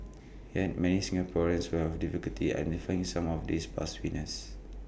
yet many Singaporeans will have difficulty identifying some of these past winners